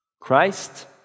Christ